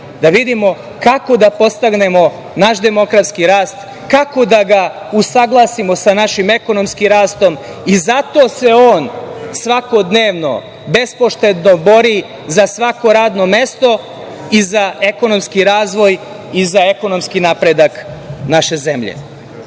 da vidimo kako da podstaknemo naš demografski rast, kako da ga usaglasimo sa našim ekonomskim rastom. Zato se on svakodnevno, bespoštedno bori za svako radno mesto i za ekonomski razvoj i za ekonomski napredak naše zemlje. Takođe,